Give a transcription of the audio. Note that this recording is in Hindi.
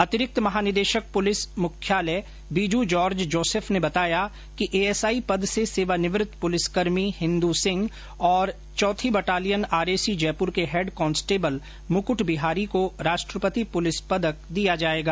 अतिरिक्त महानिदेशक पुलिस मुख्यालय बीजू जॉर्ज जोसफ ने बताया कि एएसआई पद से सेवानिवृत पुलिसकर्मी हिंदू सिंह और चतुर्थ बटालियन आरएसी जयपुर के हैड कांस्टेबल मुकुट बिहारी को राष्ट्रपति पुलिस पदक दिया जायेगा